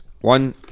one